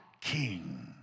king